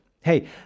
Hey